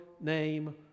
name